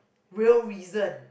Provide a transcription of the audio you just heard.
real reason